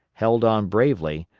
held on bravely,